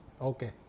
Okay